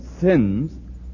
sins